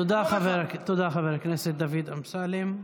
תודה, חבר הכנסת דוד אמסלם.